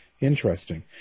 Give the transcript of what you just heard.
interesting